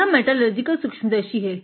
इसीलिए यह मेटालर्जिकल सूक्ष्मदर्शी है